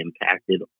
impacted